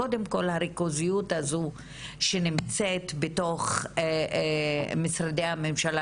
קודם כל הריכוזיות הזו שנמצאת בתוך משרדי הממשלה,